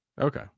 Okay